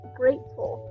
grateful